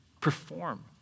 perform